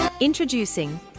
Introducing